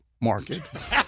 market